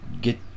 get